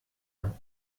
him